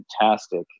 fantastic